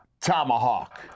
tomahawk